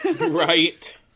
Right